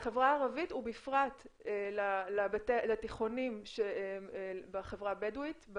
-- לחברה הערבית ובפרט לתיכוניים שבחברה הבדואית,